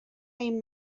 این